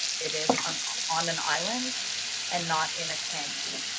it is on um on an island and not in a canyon